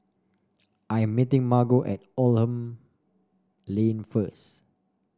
I'm meeting Margo at Oldham Lane first